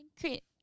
Create